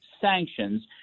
sanctions